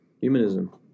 Humanism